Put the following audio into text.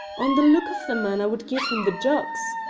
on the look of the man i would give him the jougs,